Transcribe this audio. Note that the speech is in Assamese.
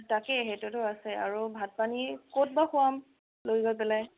তাকেই সেইটোটো আছে আৰু ভাত পানী ক'ত বা খোৱাম লৈ গৈ পেলাই